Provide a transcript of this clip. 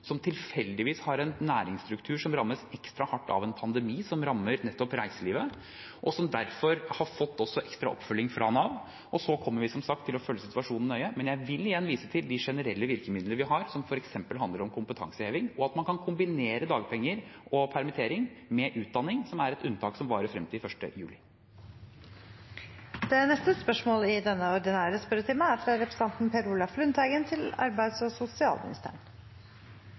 som tilfeldigvis har en næringsstruktur som rammes ekstra hardt av en pandemi som rammer nettopp reiselivet, og som derfor har fått ekstra oppfølging fra Nav. Vi kommer som sagt til å følge situasjonen nøye. Men jeg vil igjen vise til de generelle virkemidlene vi har, som f.eks. handler om kompetanseheving og at man kan kombinere dagpenger og permittering med utdanning, som er et unntak som varer frem til 1. juli. «Industrilokomotivet Norske Skog Saugbrugs AS i Halden har besluttet å varig stoppe én av tre papirmaskiner fra 1. januar 2021. Det er dramatisk, og